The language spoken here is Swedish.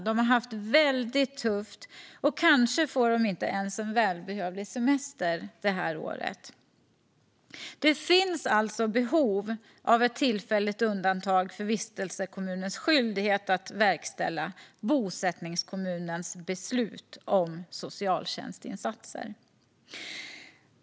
De har haft det väldigt tufft, och kanske får de inte ens en välbehövlig semester det här året. Det finns alltså behov av ett tillfälligt undantag från vistelsekommunens skyldighet att verkställa bosättningskommunens beslut om socialtjänstinsatser.